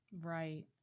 right